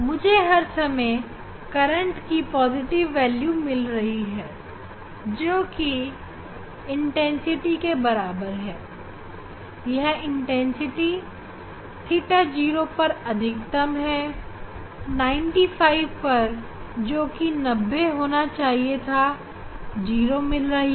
मुझे हर समय करंट की पॉजिटिव वेल्यू मिल रही है जो कि इंटेंसिटी के बराबर है यह इंटेंसिटी थीटा 0 पर अधिकतम है और 95 पर जो कि 90 पर होना चाहिए था 0 मिल रही है